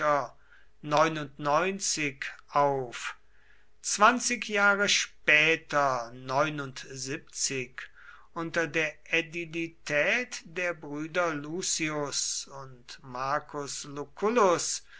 auf zwanzig jahre später unter der ädilität der brüder lucius und marcus lucullus